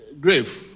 grave